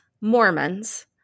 Mormons